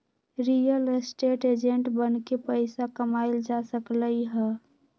real estate agent बनके पइसा कमाएल जा सकलई ह